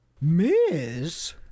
miss